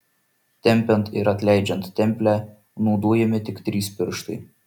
tempiant ir atleidžiant templę naudojami tik trys pirštai